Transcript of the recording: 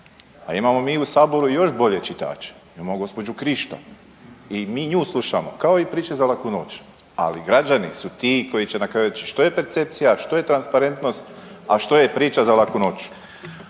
Pa imamo mi i u Saboru još bolje čitače. Imamo gđu. Krišto i mi slušamo, kao i priče za laku noć. Ali, građani su ti koji će na kraju reći što je percepcija, što je transparentnost, a što je priča za laku noć.